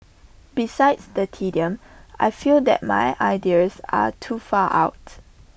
besides the tedium I feel that my ideas are too far out